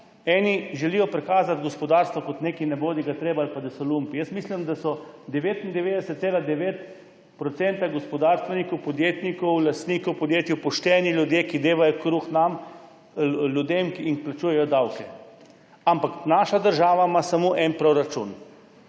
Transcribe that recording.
eni želijo prikazati gospodarstvo kot nekaj ne bodi ga treba ali pa da so lumpi. Jaz mislim, da so, 99,9 % gospodarstvenikov, podjetnikov, lastnikov podjetij, pošteni ljudje, ki dajejo kruh nam ljudem, in plačujejo davke. Ampak naša država ima samo en proračun.